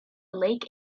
lake